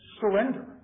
surrender